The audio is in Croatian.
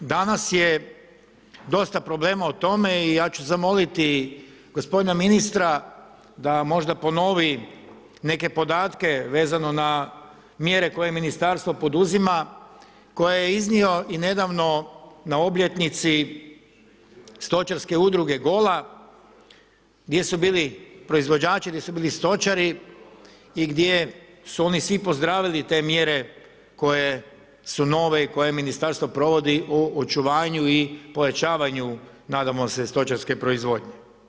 Danas je dosta problema o tome i ja ću zamoliti gospodina ministra da možda ponovi neke podatke vezano na mjere koje ministarstvo poduzima koje je iznio i nedavno na obljetnici Stočarke udruge Gola, gdje su bili proizvođači, gdje su bili stočari i gdje su oni svi pozdravili te mjere koje su nove i koje ministarstvo provodi u očuvanju i pojačanju nadamo se stočarske proizvodnje.